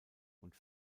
und